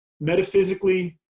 metaphysically